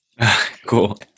Cool